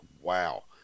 wow